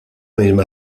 misma